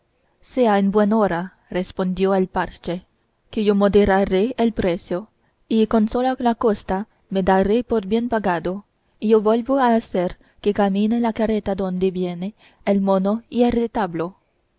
sea en buen hora respondió el del parche que yo moderaré el precio y con sola la costa me daré por bien pagado y yo vuelvo a hacer que camine la carreta donde viene el mono y el retablo